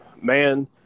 man